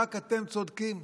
רק אתם צודקים?